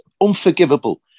unforgivable